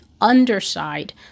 underside